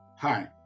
Hi